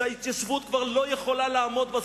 שההתיישבות כבר לא יכולה לעמוד בה.